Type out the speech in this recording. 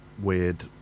weird